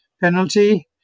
penalty